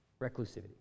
reclusivity